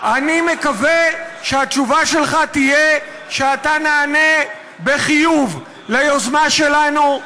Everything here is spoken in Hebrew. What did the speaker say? אני מקווה שהתשובה שלך תהיה שאתה נענה בחיוב ליוזמה שלנו,